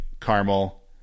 caramel